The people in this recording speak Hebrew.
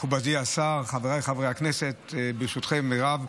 מכובדי השר, חבריי חברי הכנסת, ברשותכם, מירב,